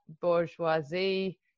bourgeoisie